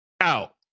Out